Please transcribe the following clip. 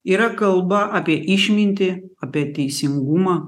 yra kalba apie išmintį apie teisingumą